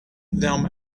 them